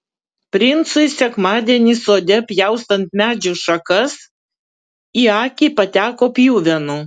princui sekmadienį sode pjaustant medžių šakas į akį pateko pjuvenų